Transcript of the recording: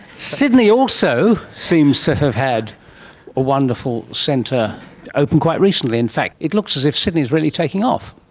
sydney also seems to have had a wonderful centre open quite recently. in fact it looks as if sydney is really taking off.